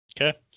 Okay